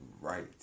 right